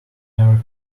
never